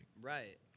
Right